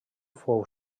fou